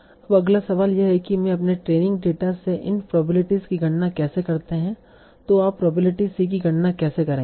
अब अगला सवाल यह है कि मैं अपने ट्रेनिंग डेटा से इन प्रोबेबिलिटीस की गणना कैसे करते है तो आप प्रोबेबिलिटी c की गणना कैसे करेंगे